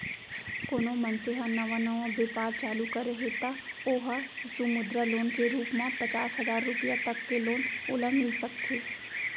कोनो मनसे ह नवा नवा बेपार चालू करे हे त ओ ह सिसु मुद्रा लोन के रुप म पचास हजार रुपया तक के लोन ओला मिल सकथे